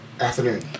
afternoon